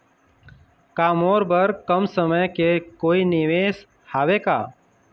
का मोर बर कम समय के कोई निवेश हावे का?